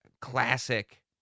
classic